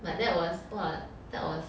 but that was !wah! that was